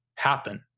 happen